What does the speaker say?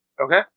Okay